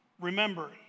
Remember